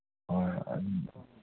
ꯍꯣꯏ